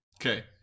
Okay